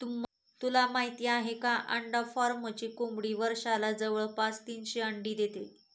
तुला माहित आहे का? अंडा फार्मची कोंबडी वर्षाला जवळपास तीनशे अंडी देते